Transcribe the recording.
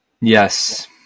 Yes